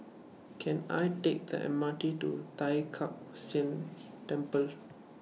Can I Take The M R T to Tai Kak Seah Temple